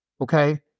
okay